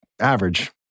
average